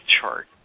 chart